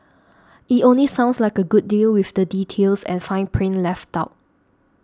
it only sounds like a good deal with the details and fine print left out